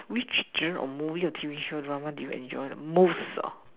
which genre of drama or T_V show do you enjoy the most